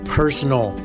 personal